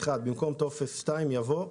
במקום טופס 2, יבוא: